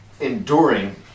enduring